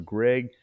Greg